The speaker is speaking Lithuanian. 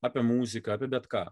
apie muziką apie bet ką